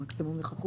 הממשלה מציעה